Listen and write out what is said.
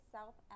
South